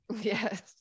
Yes